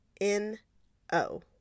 N-O